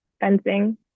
fencing